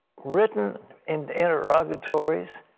written interrogatories,